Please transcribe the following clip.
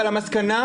אבל המסקנה,